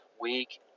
week